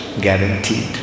guaranteed